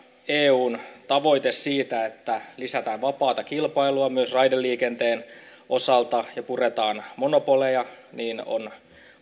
eun tavoite siitä että lisätään vapaata kilpailua myös raideliikenteen osalta ja puretaan monopoleja on